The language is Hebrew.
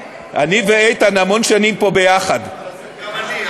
אני ואיתן המון שנים פה ביחד, גם אני.